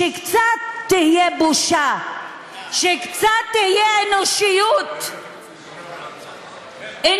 שקצת תהיה בושה, שקצת תהיה אנושיות, אנושיות.